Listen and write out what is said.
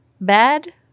bad